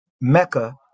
mecca